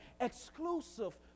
exclusive